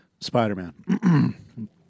Spider-Man